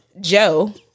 Joe